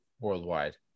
worldwide